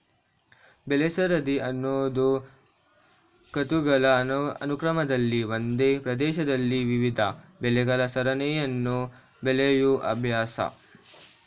ಬೆಳೆಸರದಿ ಅನ್ನೋದು ಋತುಗಳ ಅನುಕ್ರಮದಲ್ಲಿ ಒಂದೇ ಪ್ರದೇಶದಲ್ಲಿ ವಿವಿಧ ಬೆಳೆಗಳ ಸರಣಿಯನ್ನು ಬೆಳೆಯೋ ಅಭ್ಯಾಸ